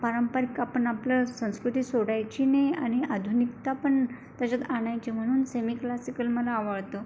पारंपरिक आपण आपलं संस्कृती सोडायची नाही आणि आधुनिकता पण त्याच्यात आणायचे म्हणून सेमी क्लासिकल मला आवडतं